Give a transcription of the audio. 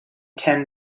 ten